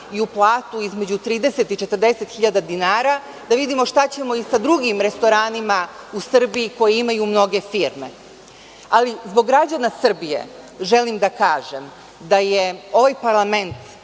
platu između 30 i 40 hiljada dinara, da vidimo šta ćemo i sa drugim restoranima u Srbiji koje imaju mnoge firme. Ali, zbog građana Srbije želim da kažem da je ovaj parlament